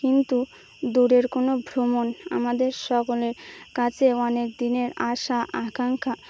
কিন্তু দূরের কোনো ভ্রমণ আমাদের সকলের কাছে অনেক দিনের আশা আকাঙ্খা